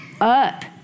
up